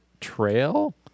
trail